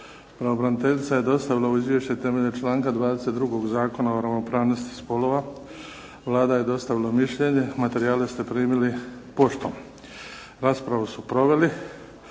Pravobraniteljica je dostavila ovo izvješće temeljem članka 22. Zakona o ravnopravnosti spolova. Vlada je dostavila mišljenje. Materijale ste primili poštom. Raspravu su proveli